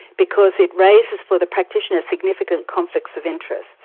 because it raises for the practitioner significant conflicts of interest.